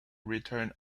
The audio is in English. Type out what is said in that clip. return